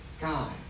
God